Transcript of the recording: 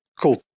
Cool